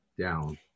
down